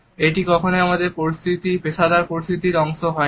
এটি কখনোই আমাদের পেশাদার পরিস্থিতির অংশ হয় না